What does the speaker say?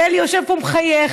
ואלי יושב פה מחייך.